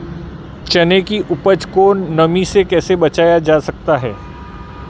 चने की उपज को नमी से कैसे बचाया जा सकता है?